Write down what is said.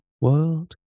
world